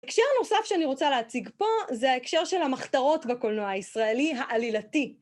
ההקשר הנוסף שאני רוצה להציג פה, זה ההקשר של המחתרות בקולנוע הישראלי, העלילתי.